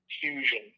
fusion